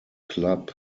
club